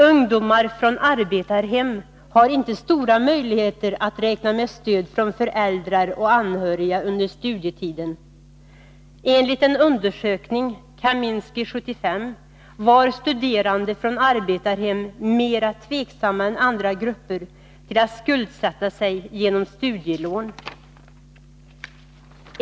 Ungdomar från arbetarhem har inte stora möjligheter att räkna med stöd från föräldrar och anhöriga under studietiden. Enligt en undersökning av Kaminsky 1975 var studerande från arbetarhem mer tveksamma än andra grupper till att skuldsätta sig genom studielån.